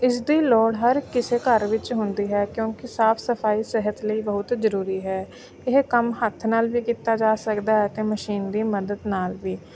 ਇਸ ਦੀ ਲੋੜ ਹਰ ਕਿਸੇ ਘਰ ਵਿੱਚ ਹੁੰਦੀ ਹੈ ਕਿਉਂਕਿ ਸਾਫ ਸਫਾਈ ਸਿਹਤ ਲਈ ਬਹੁਤ ਜ਼ਰੂਰੀ ਹੈ ਇਹ ਕੰਮ ਹੱਥ ਨਾਲ ਵੀ ਕੀਤਾ ਜਾ ਸਕਦਾ ਹੈ ਅਤੇ ਮਸ਼ੀਨ ਦੀ ਮਦਦ ਨਾਲ ਵੀ